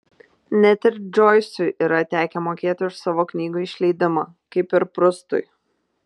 net ir džoisui yra tekę mokėti už savo knygų išleidimą kaip ir prustui